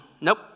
Nope